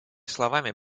словами